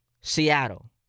Seattle